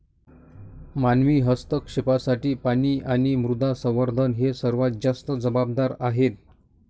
मानवी हस्तक्षेपासाठी पाणी आणि मृदा संवर्धन हे सर्वात जास्त जबाबदार आहेत